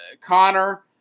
Connor